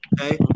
Okay